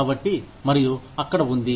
కాబట్టి మరియు అక్కడ ఉంది